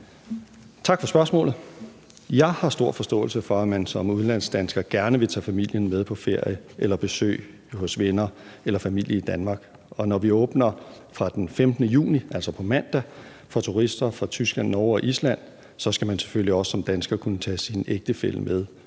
Tak for spørgsmålet. Jeg har stor forståelse for, at man som udlandsdansker gerne vil tage familien med på ferie eller besøg hos venner eller familie i Danmark. Og når vi fra den 15. juni åbner, altså på mandag, for turister fra Tyskland, Norge og Island, skal man selvfølgelig også som dansker kunne tage sin ægtefælle med